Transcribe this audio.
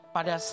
Pada